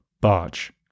barge